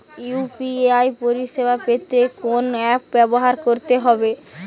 UPI পরিসেবা পেতে কোন অ্যাপ ব্যবহার করতে হবে?